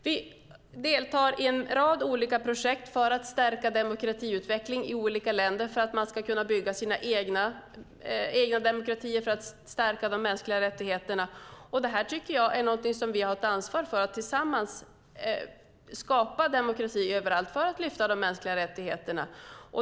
Vi deltar i en rad olika projekt för att stärka demokratiutveckling i olika länder, för att de ska kunna bygga sina egna demokratier för att stärka de mänskliga rättigheterna. Det här tycker jag är någonting som vi har ett ansvar för tillsammans, att skapa demokrati överallt för att lyfta fram de mänskliga rättigheterna.